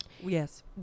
Yes